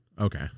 Okay